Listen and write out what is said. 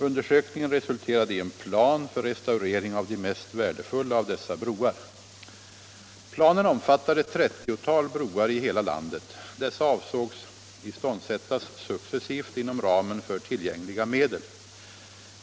Undersökningen resulterade i en plan för restaurering av de mest värdefulla av dessa broar. Planen omfattar ett trettiotal broar i hela landet. Dessa avsågs iståndsättas successivt inom ramen för tillgängliga medel.